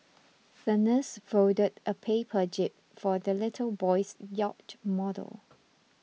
the nurse folded a paper jib for the little boy's yacht model